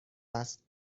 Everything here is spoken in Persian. است